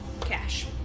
Cash